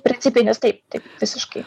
principinis taip taip visiškai